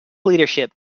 leadership